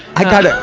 i got a,